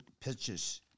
pitches